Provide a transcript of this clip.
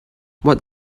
what